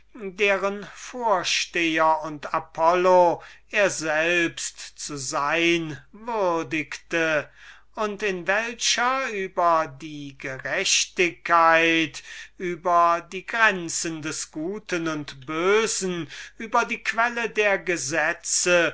deren vorsteher und apollo er selbst zu sein würdigte und in welcher über die gerechtigkeit über die grenzen des guten und bösen über die quelle der gesetze